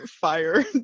fire